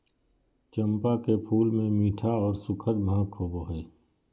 चंपा के फूल मे मीठा आर सुखद महक होवो हय